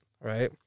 right